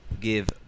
give